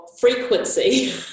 frequency